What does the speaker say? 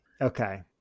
Okay